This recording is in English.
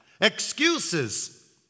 Excuses